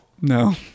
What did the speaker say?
no